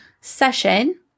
session